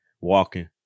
Walking